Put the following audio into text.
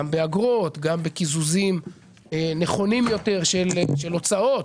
גם באגרות, גם בקיזוזים נכונים יותר של הוצאות.